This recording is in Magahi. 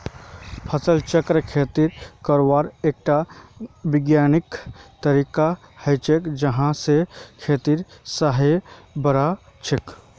फसल चक्र खेती करवार एकटा विज्ञानिक तरीका हछेक यहा स खेतेर सहार बढ़छेक